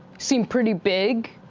seemed pretty big,